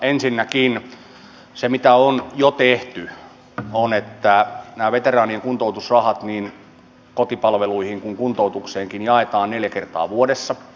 ensinnäkin se mitä on jo tehty on että veteraanien kuntoutusrahat niin kotipalveluihin kuin kuntoutukseenkin jaetaan neljä kertaa vuodessa